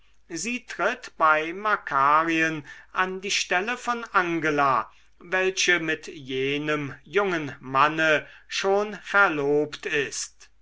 sie tritt bei makarien an die stelle von angela welche mit jenem jungen manne schon verlobt ist